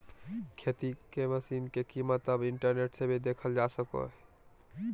खेती के मशीन के कीमत अब इंटरनेट से भी देखल जा सको हय